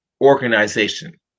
organization